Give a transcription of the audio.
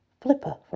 flipper